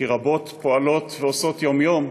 כי רבות פועלות ועושות יום-יום,